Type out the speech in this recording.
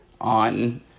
on